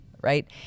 Right